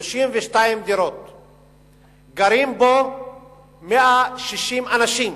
גרים בו 160 אנשים.